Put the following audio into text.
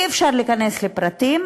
אי-אפשר להיכנס לפרטים,